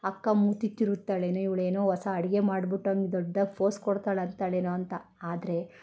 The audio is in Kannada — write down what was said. ಅಕ್ಕ ಮೂತಿ ತಿರುವ್ತಾಳೇನೋ ಇವಳು ಏನೋ ಹೊಸ ಅಡುಗೆ ಮಾಡ್ಬುಟ್ಟು ಒಂದು ದೊಡ್ದಾಗಿ ಫೋಸ್ ಕೊಡ್ತಾಳೆ ಅಂತಾಳೇನೋ ಅಂತ ಆದರೆ